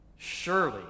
Surely